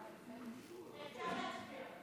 אפשר להצביע.